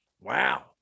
Wow